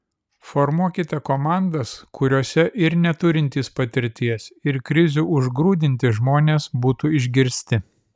formuokite komandas kuriose ir neturintys patirties ir krizių užgrūdinti žmonės būtų išgirsti